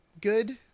good